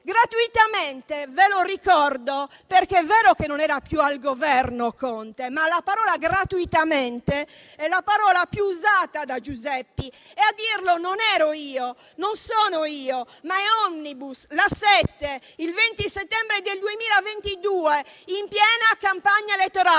"gratuitamente" - ve lo ricordo - perché è vero che Conte non era più al Governo, ma gratuitamente è la parola più usata da "Giuseppi" e a dirlo non ero io, non sono io, ma è "Omnibus", su LA7, il 20 settembre 2022, in piena campagna elettorale,